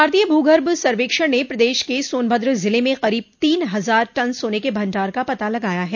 भारतीय भूगर्भ सर्वेक्षण ने प्रदेश के सोनभद्र ज़िले में करीब तीन हजार टन सोने के भंडार का पता लगाया है